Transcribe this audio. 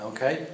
Okay